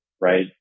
Right